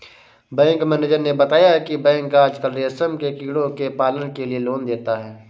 bank manager ने बताया की बैंक आजकल रेशम के कीड़ों के पालन के लिए लोन देता है